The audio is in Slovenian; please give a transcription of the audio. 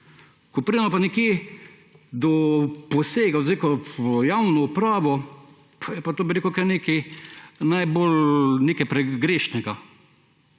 Ko pridemo pa nekje do posega v javno upravo, je pa to nekaj najbolj j pregrešnega.